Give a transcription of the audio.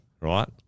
right